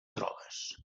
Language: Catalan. drogues